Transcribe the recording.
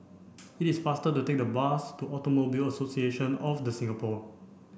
it is faster to take the bus to Automobile Association of the Singapore